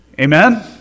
Amen